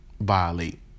violate